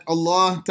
Allah